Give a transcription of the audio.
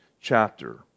chapter